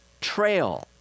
Trail